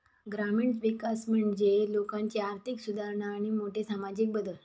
ग्रामीण विकास म्हणजे लोकांची आर्थिक सुधारणा आणि मोठे सामाजिक बदल